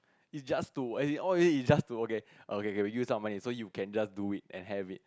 is just to as in all the way is just to okay okay K we use up mind so you can just do it and have it